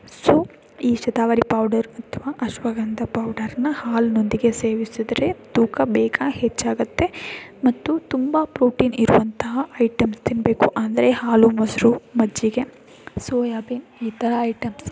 so ಈ shatavari powder ಅಥವಾ ಅಶ್ವಗಂಧ ಪೌಡರನ್ನ ಹಾಲಿನೊಂದಿಗೆ ಸೇವಿಸಿದರೆ ತೂಕ ಬೇಗ ಹೆಚ್ಚಾಗುತ್ತೆ ಮತ್ತು ತುಂಬ ಪ್ರೋಟೀನ್ ಇರುವಂತಹ ಐಟಮ್ಸ್ ತಿನ್ನಬೇಕು ಅಂದರೆ ಹಾಲು ಮೊಸರು ಮಜ್ಜಿಗೆ ಸೊ ಯಾವೇ ಈ ಥರ ಐಟಮ್ಸ್